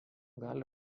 gali